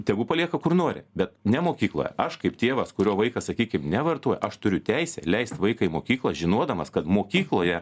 tegu palieka kur nori bet ne mokykloje aš kaip tėvas kurio vaikas sakykim nevartoja aš turiu teisę leist vaiką į mokyklą žinodamas kad mokykloje